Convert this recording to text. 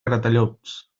gratallops